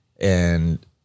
And-